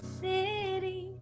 city